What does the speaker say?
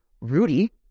Rudy